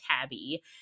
tabby